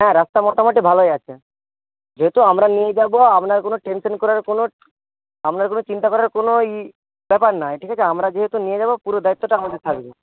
হ্যাঁ রাস্তা মোটামুটি ভালোই আছে যেহেতু আমরা নিয়ে যাবো আপনার কোনো টেনশন করার কোনো আমনার কোনো চিন্তা করার কোনো ই ব্যাপার নায় ঠিক আছে আমরা যেহেতু নিয়ে যাবো পুরো দায়িত্বটা আমাদের থাকবে